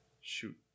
shoot